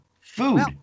Food